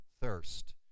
thirst